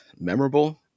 memorable